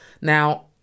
Now